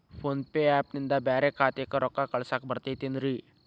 Phone pay app ನಿಂದ ಬ್ಯಾರೆ ಖಾತೆಕ್ ರೊಕ್ಕಾ ಕಳಸಾಕ್ ಬರತೈತೇನ್ರೇ?